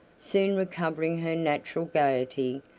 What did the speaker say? soon recovering her natural gaiety,